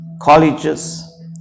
colleges